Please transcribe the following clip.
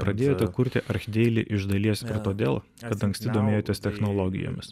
pradėjote kurti archdeili iš dalies ir todėl kad anksti domėjotės technologijomis